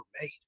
made